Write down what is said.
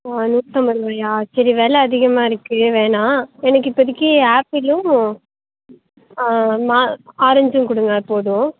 ஓ நூற்றம்பதுருவாயா சரி வில அதிகமாக இருக்கு வேணா எனக்கு இப்போதிக்கு ஆப்பிளும் ஆரெஞ்சும் கொடுங்க போதும்